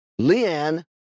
Leanne